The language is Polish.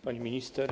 Pani Minister!